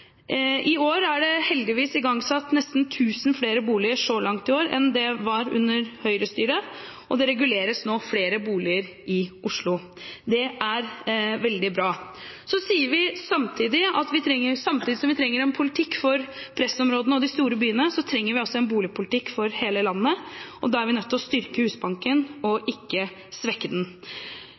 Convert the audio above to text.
18 år med høyrestyre. Så langt i år er det heldigvis igangsatt nesten 1 000 flere boliger enn under høyrestyret, og det reguleres nå flere boliger i Oslo. Det er veldig bra. Samtidig som vi trenger en politikk for pressområdene og de store byene, trenger vi en boligpolitikk for hele landet. Da er vi nødt til å styrke Husbanken, ikke svekke den.